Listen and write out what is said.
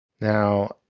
Now